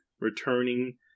returning